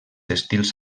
estils